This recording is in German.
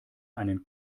einen